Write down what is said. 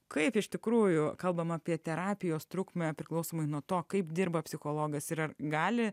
kaip iš tikrųjų kalbama apie terapijos trukmę priklausomai nuo to kaip dirba psichologas ir ar gali